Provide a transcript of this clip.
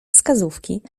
wskazówki